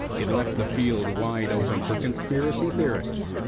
it left the field wide open for conspiracy theorists,